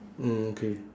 mm okay